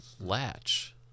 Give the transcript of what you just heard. latch